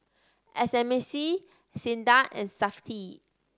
S M C SINDA and Safti